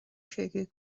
cúigiú